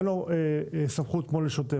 אין לו סמכות כמו לשוטר,